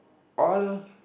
all